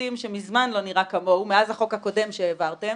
הכבשים שמזמן לא נראה כמוהו מאז החוק הקודם שהעברתם.